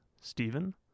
Stephen